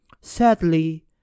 Sadly